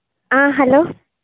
ఆ హలో